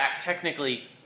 technically